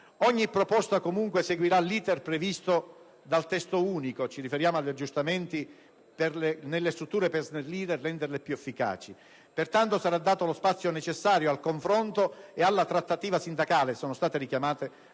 Ogni proposta seguirà l'*iter* previsto dal Testo unico (ci riferiamo agli aggiustamenti nelle strutture per snellirle e renderle più efficaci) e pertanto sarà dato tutto lo spazio necessario al confronto e alla trattativa sindacale, argomento richiamato